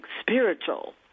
spiritual